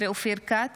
אופיר כץ,